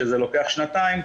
שזה לוקח שנתיים,